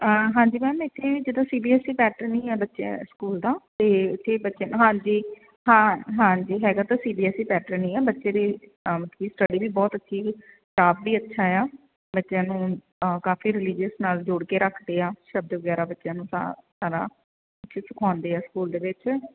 ਹਾਂ ਹਾਂਜੀ ਮੈਮ ਇੱਥੇ ਜਦੋਂ C B S C pattern ਹੀ ਆ ਬੱਚਿਆਂ ਸਕੂਲ ਦਾ ਅਤੇ ਉੱਥੇ ਬੱਚਿਆਂ ਦਾ ਹਾਂਜੀ ਹਾਂ ਹਾਂਜੀ ਹੈਗਾ ਤਾਂ C B S C pattern ਹੀ ਆ ਬੱਚੇ ਦੀ ਮਲਕੀ ਸਟੱਡੀ ਵੀ ਬਹੁਤ ਅੱਛੀ ਸਟਾਫ ਵੀ ਅੱਛਾ ਆ ਬੱਚਿਆਂ ਨੂੰ ਕਾਫੀ ਰਿਲੀਜਅਸ ਨਾਲ ਜੋੜ ਕੇ ਰੱਖਦੇ ਆ ਸ਼ਬਦ ਵਗੈਰਾ ਬੱਚਿਆਂ ਨੂੰ ਸਾਰਾ ਸਾਰਾ ਸਿਖਾਉਂਦੇ ਆ ਸਕੂਲ ਦੇ ਵਿੱਚ